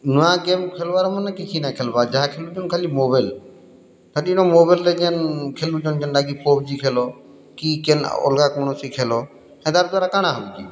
ନୂଆ ଗେମ୍ ଖେଳବାର୍ ମାନେ କିଛି ନାଇଁ ଖେଳବା ଯାହା ଖେଳବି ମୁଁ ଖାଲି ମୋବାଇଲ୍ ଖାଲିନ ମୋବାଇଲ୍ରେ କେନ୍ ଖେଲୁନଛନ୍ ଯେନ୍ତା କି ପବ୍ଜି ଖେଲ କି କେନ୍ ଅଲଗା କୌଣସି ଖେଲ୍ ହେଟାର୍ ଦ୍ଵାରା କାଣା ହଉଛି